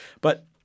But-